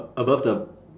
above the